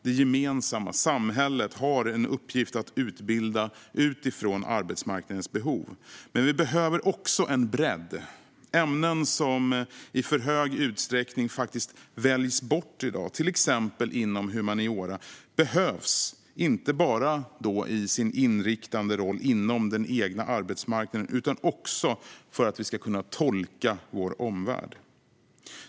Det gemensamma, samhället, har en uppgift att utbilda utifrån arbetsmarknadens behov. Men vi behöver också en bredd. Ämnen som i för stor utsträckning faktiskt väljs bort i dag, till exempel inom humaniora, behövs inte bara i sin inriktande roll inom den egna arbetsmarknaden utan också för att vi ska kunna tolka vår omvärld.